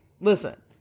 listen